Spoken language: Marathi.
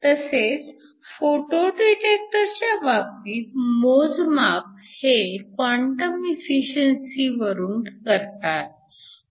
तसेच फोटो डिटेक्टरच्या बाबतीत मोजमाप हे क्वांटम इफिशिअन्सी वरून करतात